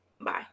Bye